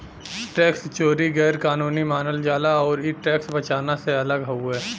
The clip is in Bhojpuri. टैक्स चोरी गैर कानूनी मानल जाला आउर इ टैक्स बचाना से अलग हउवे